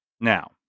Now